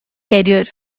career